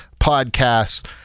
podcasts